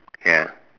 ya